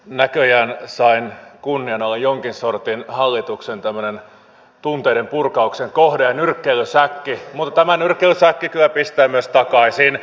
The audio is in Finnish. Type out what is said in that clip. näköjään sain kunnian olla hallituksen jonkin sortin tämmöinen tunteiden purkauksen kohde ja nyrkkeilysäkki mutta tämä nyrkkeilysäkki kyllä pistää myös takaisin